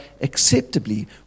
acceptably